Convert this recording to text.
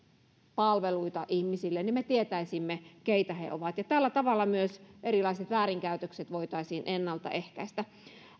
palveluita ihmisille me tietäisimme keitä he ovat tällä tavalla myös erilaiset väärinkäytökset voitaisiin ennalta ehkäistä